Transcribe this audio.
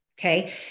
Okay